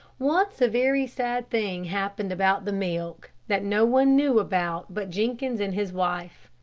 once a very sad thing happened about the milk, that no one knew about but jenkins and his wife.